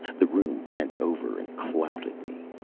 the room bent over and clouted me.